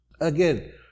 Again